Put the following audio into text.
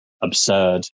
absurd